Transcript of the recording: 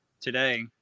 today